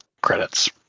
credits